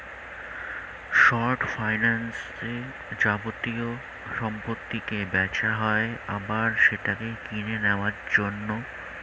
short ফাইন্যান্সে যাবতীয় সম্পত্তিকে বেচা হয় আবার সেটাকে কিনে নেওয়ার জন্য